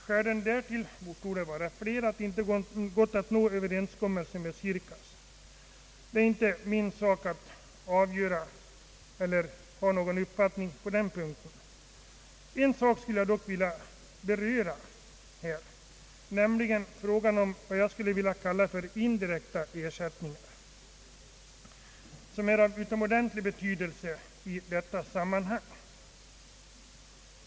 Skälen till att det inte gått att nå överenskommelse med Sirkas torde vara flera. Det är inte min sak att ha någon uppfattning på den punkten, men en fråga skulle jag dock vilja beröra här, nämligen det jag skulle vilja kalla indirekta ersättningar. Den frågan har utomordentlig betydelse i sammanhanget.